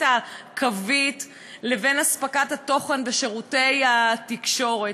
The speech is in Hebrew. הקווית לבין הספקת התוכן בשירותי התקשורת.